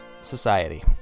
society